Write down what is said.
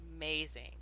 Amazing